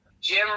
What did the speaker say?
Jim